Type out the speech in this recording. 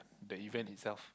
the event itself